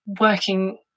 working